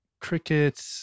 cricket